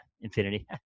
infinity